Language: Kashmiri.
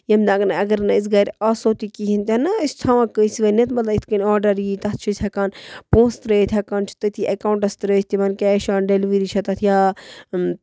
ییٚمہِ نہٕ اگر نہٕ أسۍ گَرِ آسو تہِ کِہیٖنۍ تہِ نہٕ أسۍ چھِ تھاوان کٲنٛسہِ ؤنِتھ مطلب یِتھ کٔنۍ آرڈر یی تَتھ چھِ أسۍ ہٮ۪کان پونٛسہِ تٔرٲیِتھ ہٮ۪کان چھِ تٔتی اٮ۪کاوٹس تٔرٲیِتھ تِمن کیش آن دیلؤری چھِ تَتھ یا